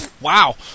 Wow